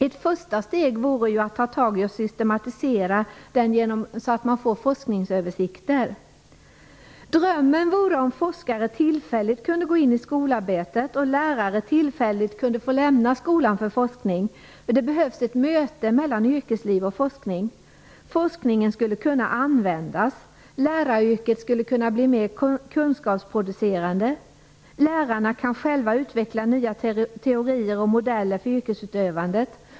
Ett första steg vore ju att ta tag i och systematisera den så att man får forskningsöversikter. Drömmen vore om forskare tillfälligt kunde gå in i skolarbetet och lärare tillfälligt kunde få lämna skolan för forskning. Det behövs ett möte mellan yrkesliv och forskning. Forskningen skulle kunna användas. Läraryrket skulle kunna bli mer kunskapsproducerande. Lärarna kan själva utveckla nya teorier och modeller för yrkesutövandet.